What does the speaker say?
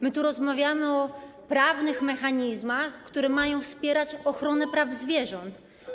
My tu rozmawiamy o prawnych mechanizmach, które mają wspierać ochronę praw zwierząt.